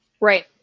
Right